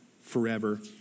forever